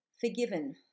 Forgiven